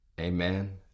amen